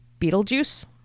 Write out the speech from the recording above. Beetlejuice